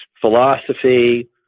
philosophy